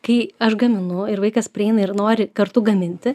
kai aš gaminu ir vaikas prieina ir nori kartu gaminti